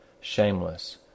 shameless